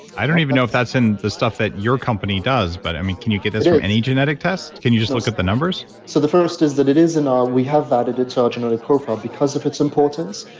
i don't even know if that's in the stuff that your company does, but i mean, can you get this from any genetic test? can you just look at the numbers? so the first is that it is and our, we have added it to our genetic profile because if it's importance.